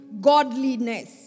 godliness